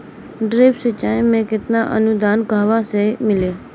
Drip सिंचाई मे केतना अनुदान कहवा से मिली?